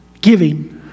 Giving